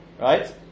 right